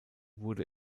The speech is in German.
wurde